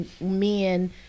men